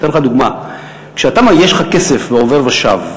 אני אתן לך דוגמה: כשיש לך כסף בעובר ושב,